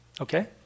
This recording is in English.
okay